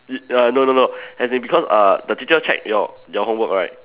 it ya no no no as in because uh the teacher check your your homework right